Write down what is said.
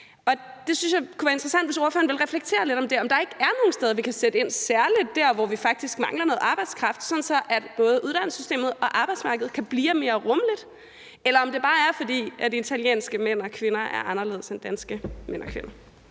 det kunne være interessant, hvis ordføreren ville reflektere lidt over det, altså om der ikke er nogle steder, hvor vi kan sætte ind, særlig der, hvor vi faktisk mangler noget arbejdskraft, sådan at både uddannelsessystemet og arbejdsmarkedet kan blive mere rummeligt. Eller er det bare, fordi italienske mænd og kvinder er anderledes end danske mænd og kvinder?